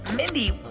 mindy,